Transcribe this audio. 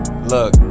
Look